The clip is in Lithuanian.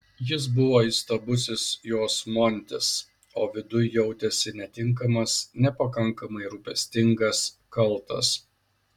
jis buvo įstabusis jos montis o viduj jautėsi netinkamas nepakankamai rūpestingas kaltas